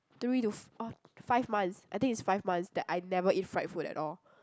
three to f~ uh five months I think it's five months that I never eat fried food at all